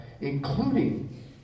including